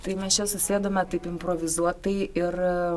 tai mes čia susėdome taip improvizuotai ir